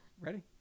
Ready